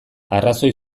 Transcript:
arrazoi